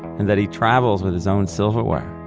and that he travels with his own silverware.